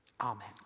Amen